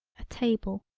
a table.